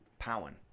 powen